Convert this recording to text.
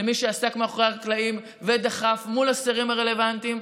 למי שעסק מאחורי הקלעים ודחף מול השרים הרלוונטיים,